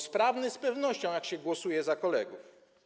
Sprawny z pewnością, jak się głosuje za kolegów.